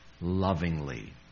lovingly